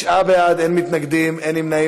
אנחנו בסך הכול רוצים לקדם את הנושא